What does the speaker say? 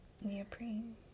neoprene